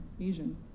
Asian